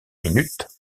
minutes